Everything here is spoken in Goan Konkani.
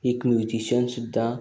एक म्युजिशन सुद्दां